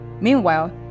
Meanwhile